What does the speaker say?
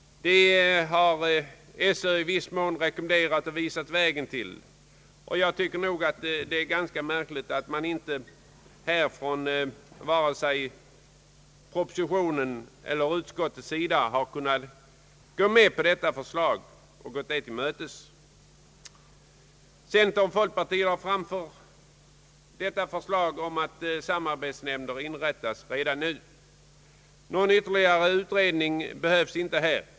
Sö har i viss mån rekommenderat och visat vägen till detta. Jag tycker nog att det är ganska märkligt att detta förslag inte kunnat accepteras vare sig i propositionen eller i utskottets utlåtande. Centerpartiet och folkpartiet har framfört förslag om att samarbetsnämnder skall inrättas redan nu. Någon ytterligare utredning behövs inte i detta fall.